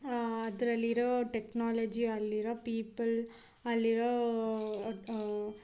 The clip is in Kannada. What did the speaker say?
ಅದರಲ್ಲಿರೊ ಟೆಕ್ನಾಲಜಿ ಅಲ್ಲಿರೋ ಪೀಪಲ್ ಅಲ್ಲಿರೋ